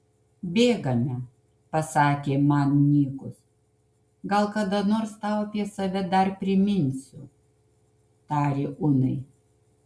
bėgame pasakė man nykus gal kada nors tau apie save dar priminsiu tarė unai